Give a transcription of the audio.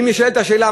ואם נשאלת השאלה,